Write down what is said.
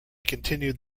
continued